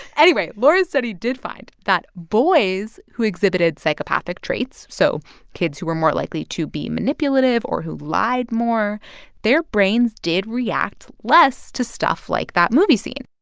anyway, laura's study did find that boys who exhibited psychopathic traits so kids who were more likely to be manipulative or who lied more their brains did react less to stuff like that movie scene.